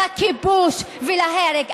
לכיבוש ולהרג.